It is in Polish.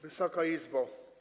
Wysoka Izbo!